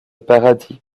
paradis